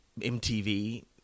MTV